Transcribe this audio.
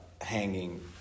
hanging